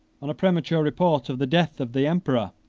on a premature report of the death of the emperor,